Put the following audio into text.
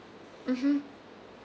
mmhmm